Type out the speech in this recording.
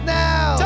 now